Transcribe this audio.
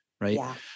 Right